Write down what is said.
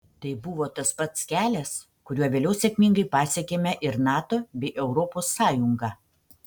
tai buvo tas pats kelias kuriuo vėliau sėkmingai pasiekėme ir nato bei europos sąjungą